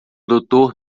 doutor